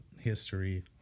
history